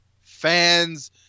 Fans